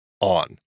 on